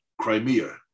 Crimea